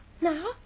Now